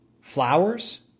flowers